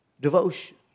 devotion